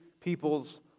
people's